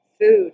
Food